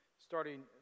Starting